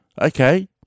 Okay